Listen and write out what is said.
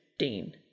dean